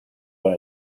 con